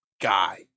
guy